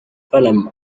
فلم